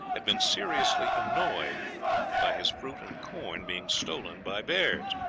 had been seriously annoyed by his fruit and corn being stolen by bears.